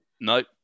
Nope